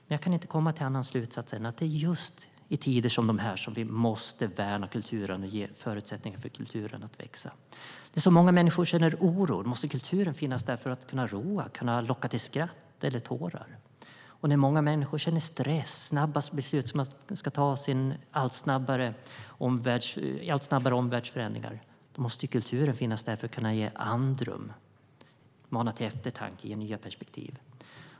Men jag kan inte komma till en annan slutsats än att det är just i tider som de här vi måste värna kulturen och ge den förutsättningar att växa. När så många människor känner oro måste kulturen finnas där för att kunna roa, kunna locka till skratt eller tårar. När många människor känner stress, när snabba beslut ska tas i allt snabbare omvärldsförändringar, måste kulturen finnas där för att kunna ge andrum, mana till eftertanke och ge nya perspektiv.